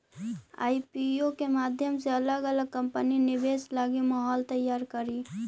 IPO के माध्यम से अलग अलग कंपनि निवेश लगी माहौल तैयार करऽ हई